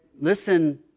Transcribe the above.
listen